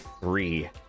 three